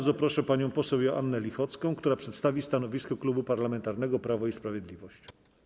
I zapraszam panią poseł Joannę Lichocką, która przedstawi stanowisko Klubu Parlamentarnego Prawo i Sprawiedliwość.